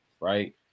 right